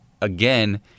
again